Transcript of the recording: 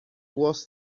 was